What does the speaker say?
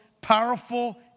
powerful